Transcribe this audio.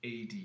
AD